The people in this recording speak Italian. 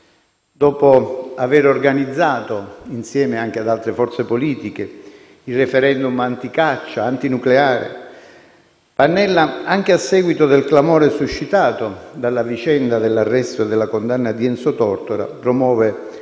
Dopo aver organizzato, insieme ad altre forze politiche, i *referendum* anti-caccia e anti-nucleari, Pannella, anche a seguito del clamore suscitato dalla vicenda dell'arresto e della condanna di Enzo Tortora, promuove,